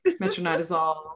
metronidazole